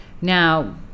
now